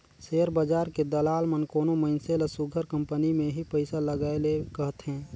share बजार के दलाल मन कोनो मइनसे ल सुग्घर कंपनी में ही पइसा लगाए ले कहथें